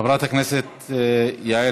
חברת הכנסת יעל